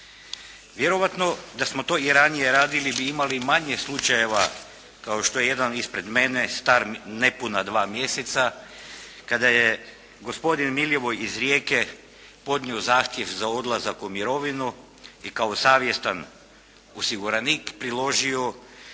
Vjerojatno da smo to i ranije radili bi imali manje slučajeva kao što je jedan ispred mene, star nepuna dva mjeseca, kada je gospodin Milivoj iz Rijeke podnio zahtjev za odlazak u mirovinu i kao savjestan osiguranik priložio